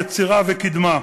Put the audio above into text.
יצירה וקדמה.